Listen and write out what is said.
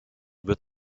wird